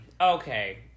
okay